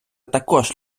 також